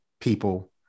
people